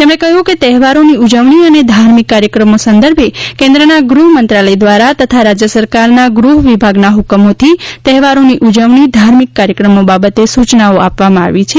તેમણે કહ્યુ કે તહેવારોની ઉજવણી અને ધાર્મિક કાર્યક્રમો સંદર્ભે કેન્દ્રના ગૃહ મંત્રાલય દ્વારા તથા રાજ્ય સરકારના ગૃહ વિભાગના હકમોથી તહેવારોની ઉજવણી ધાર્મિક કાર્યક્રમો બાબતે સૂચનાઓ આપવામાં આવી છે